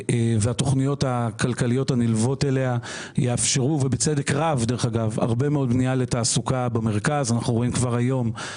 היא תופעה כלכלית זהה בין ישראל לבין יתר מדינות ה-OECD